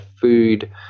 food